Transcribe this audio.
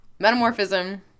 metamorphism